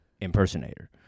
impersonator